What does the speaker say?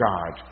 God